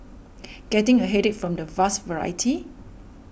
getting a headache from the vast variety